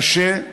קשה,